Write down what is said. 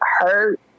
hurt